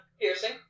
piercing